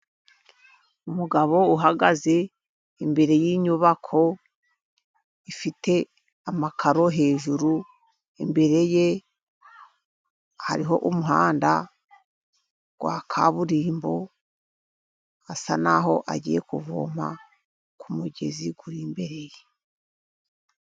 Umugabo uhagaze imbere yinyubako ifite amakaro hejuru, imbere ye hariho umuhanda wa kaburimbo, asa naho agiye kuvoma kumugezi uri imbereye.